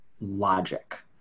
logic